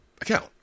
account